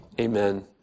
Amen